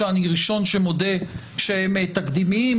שאני הראשון שמודה שהם תקדימיים,